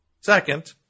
Second